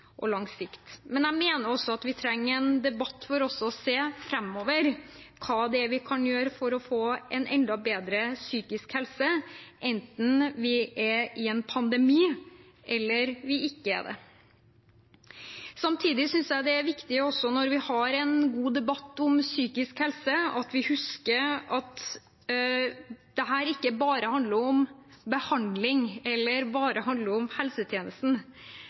og lang sikt. Men jeg mener at vi også trenger en debatt for å se på hva det er vi kan gjøre for å få en enda bedre psykisk helse framover, enten vi er i en pandemi eller ikke er det. Samtidig synes jeg det er viktig, også når vi har en god debatt om psykisk helse, at vi husker at dette ikke bare handler om behandling eller om helsetjenesten – det handler vel så mye om